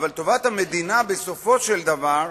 אבל טובת המדינה, בסופו של דבר,